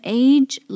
age